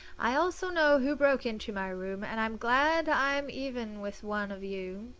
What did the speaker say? i also know who broke into my room, and i'm glad i'm even with one of you.